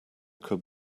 could